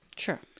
Sure